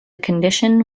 condition